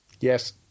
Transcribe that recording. Yes